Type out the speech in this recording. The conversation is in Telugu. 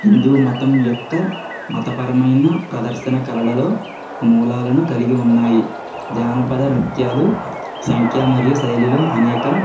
హిందూ మతం యొక్క మతపరమైన ప్రదర్శన కలలలో మూలాలను కలిగి ఉన్నాయి జానపద నృత్యాలు సంఖ్య మరియు శైలిలో అనేకం